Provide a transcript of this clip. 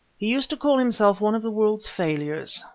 he used to call himself one of the world's failures.